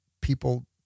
people